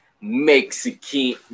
Mexican